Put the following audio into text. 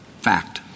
fact